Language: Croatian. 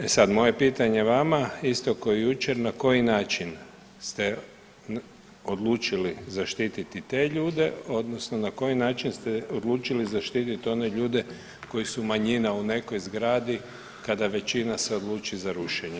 E sad, moje pitanje vama isto ko i jučer, na koji način ste odlučili zaštiti te ljude odnosno na koji način ste odlučili zaštiti one ljude koji su manjina u nekoj zgradi kada većina se odluči za rušenje.